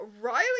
Riley